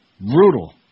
Brutal